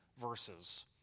verses